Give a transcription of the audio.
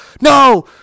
no